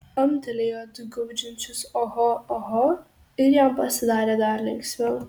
amtelėjo du gaudžiančius oho oho ir jam pasidarė dar linksmiau